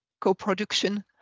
co-production